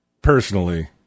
Personally